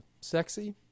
sexy